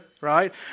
right